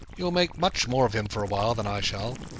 you'll make much more of him for awhile than i shall.